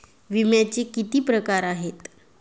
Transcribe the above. विम्याचे किती प्रकार आहेत?